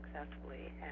successfully